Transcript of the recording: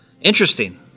Interesting